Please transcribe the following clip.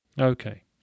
Okay